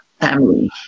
family